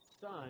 son